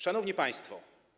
Szanowni Państwo!